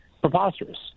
preposterous